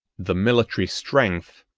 the military strength,